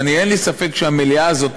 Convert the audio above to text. אין לי ספק שהמליאה הזאת,